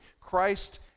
Christ